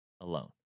alone